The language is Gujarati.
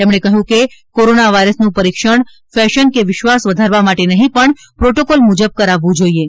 તેમણે કહ્યું કે કોરોના વાયરસનું પરીક્ષણ ફેશન કે વિશ્વાસ વધારવા માટે નહીં પણ પ્રોટોકોલ મુજબ કરાવવું જોઇએ